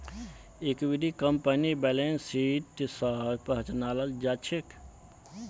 इक्विटीक कंपनीर balance sheet स पहचानाल जा छेक